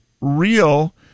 real